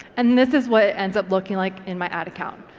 and this is what it ends up looking like in my ad account.